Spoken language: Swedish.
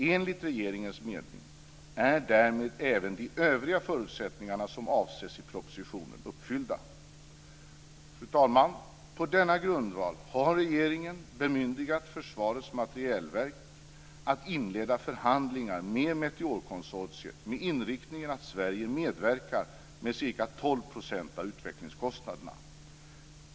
Enligt regeringens mening är därmed även de övriga förutsättningar som avses i propositionen uppfyllda. Fru talman! På denna grundval har regeringen bemyndigat Försvarets materielverk att inleda förhandlingar med Meteorkonsortiet med inriktningen att Sverige medverkar med ca 12 % av utvecklingskostnaderna.